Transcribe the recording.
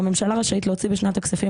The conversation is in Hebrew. בשנת 2023